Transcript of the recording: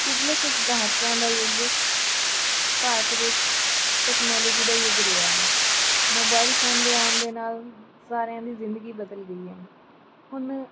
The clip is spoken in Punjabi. ਪਿਛਲੇ ਕੁਝ ਦਹਾਕਿਆਂ ਦਾ ਯੁੱਗ ਭਾਰਤ ਵਿੱਚ ਟੈਕਨੋਲੋਜੀ ਦਾ ਯੁੱਗ ਰਿਹਾ ਮੋਬਾਇਲ ਫੋਨ ਦੇ ਆਉਣ ਦੇ ਨਾਲ ਸਾਰਿਆਂ ਦੀ ਜ਼ਿੰਦਗੀ ਬਦਲ ਗਈ ਹੈ ਹੁਣ